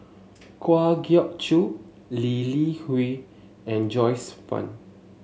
Kwa Geok Choo Lee Li Hui and Joyce Fan